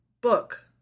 Book